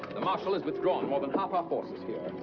the marshal has withdrawn more than half our forces here.